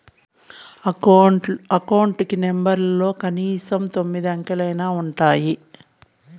account కి నెంబర్లలో కనీసం తొమ్మిది అంకెలైనా ఉంటాయి